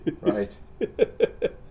Right